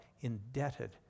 indebted